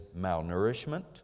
malnourishment